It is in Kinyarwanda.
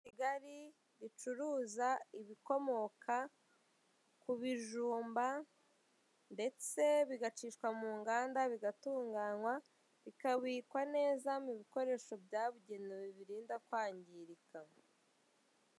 Bigari bicuruza ibikomoka ku bijumba ndetse bigacishwa mu nganda, bigatunganywa bikabikwa neza mu bikoresho byabugenewe bibirinda kwangirika.